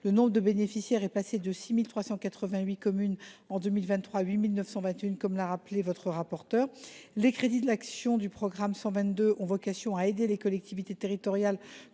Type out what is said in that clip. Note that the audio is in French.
Le nombre de bénéficiaires est passé, lui, de 6 388 communes en 2023 à 8 921 communes, comme l’a rappelé votre rapporteur. Les crédits de l’action du programme 122, qui ont vocation à aider les collectivités territoriales